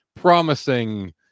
promising